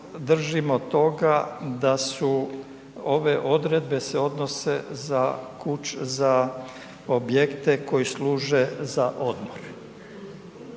držimo toga da su ove odredbe se odnose za objekte koji služe za odmor.